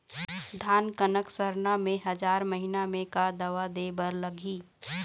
धान कनक सरना मे हजार महीना मे का दवा दे बर लगही?